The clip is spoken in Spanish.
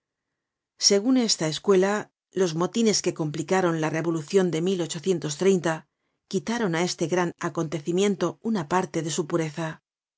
segun esta escuela los motines que complicaron la revolucion de quitaron á este gran acontecimiento una parte de su pureza